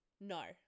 No